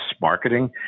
marketing